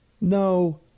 No